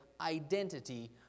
identity